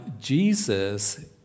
Jesus